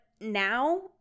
now